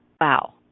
wow